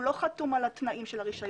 הוא לא חתום על התנאים של הרישיון,